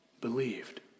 believed